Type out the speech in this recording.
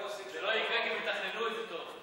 זה לא יקרה אם יתכננו את זה טוב.